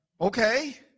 Okay